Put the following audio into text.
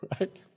Right